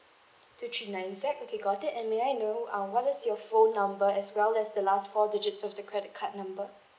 two three nine Z okay got it and may I know uh what is your phone number as well as the last four digits of the credit card number